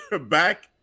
back